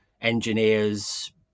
engineers